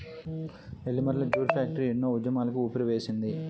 Nellimarla jute factory ఎన్నో ఉద్యమాలకు ఊపిరివేసింది